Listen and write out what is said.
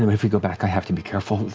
if we go back, i have to be careful